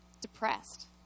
Depressed